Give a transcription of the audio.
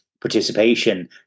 participation